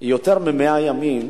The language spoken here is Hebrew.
יותר מ-100 ימים,